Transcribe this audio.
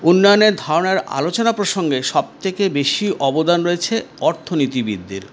উন্নয়নের ধারণার আলোচনা প্রসঙ্গে সবথেকে বেশি অবদান রয়েছে অর্থনীতিবিদদের